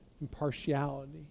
impartiality